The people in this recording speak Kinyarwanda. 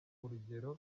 urugero